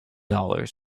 dollars